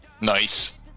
nice